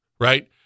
right